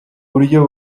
buryo